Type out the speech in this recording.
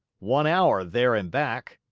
one hour there and back.